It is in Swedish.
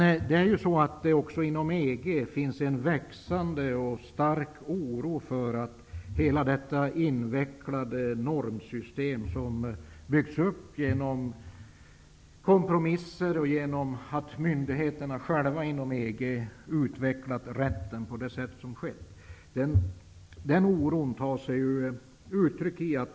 Även inom EG finns emellertid en växande och stark oro inför hela detta invecklade normsystem som byggts upp genom kompromisser och genom att myndigheterna själva utvecklat rätten.